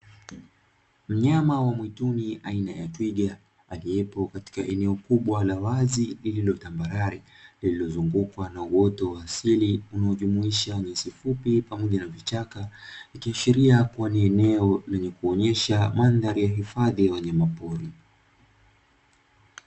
Mnyama wa mwituni aina ya twiga aliyepo katika eneo kubwa la wazi lililotambarare lililozungukwa na uwoto wa asili unaojumuisha nyasi fupi pamoja na vichaka, ikiashiria kuwa ni eneo lenye kuonyesha mandhari ya hifadhi ya wanyamapori.